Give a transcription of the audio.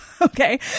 okay